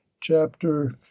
Chapter